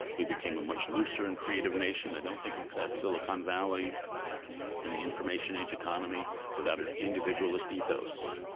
we became a much looser and creative nation. i don't think we could have had silicon valley and the information age economy without an individualist ethos.